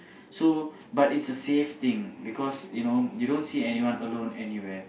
so but is a safe thing because you know you don't see anyone alone anywhere